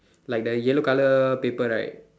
like the yellow colour paper right